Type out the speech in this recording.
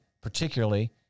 particularly